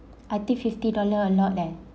either fifty dollar or not leh